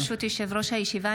ברשות יושב-ראש הישיבה,